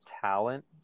talent